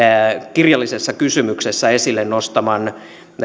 kirjallisessa kysymyksessä esille nostaman